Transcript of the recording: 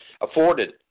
afforded